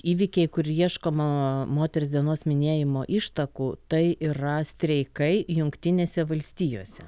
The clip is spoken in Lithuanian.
įvykiai kur ieškoma moters dienos minėjimo ištakų tai yra streikai jungtinėse valstijose